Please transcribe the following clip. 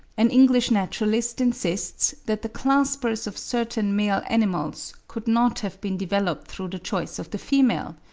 an english naturalist insists that the claspers of certain male animals could not have been developed through the choice of the female!